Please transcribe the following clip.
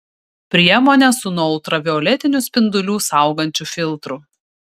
priemonės su nuo ultravioletinių spindulių saugančiu filtru